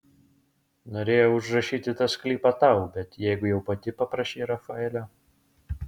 norėjau užrašyti tą sklypą tau bet jeigu jau pati paprašei rafaelio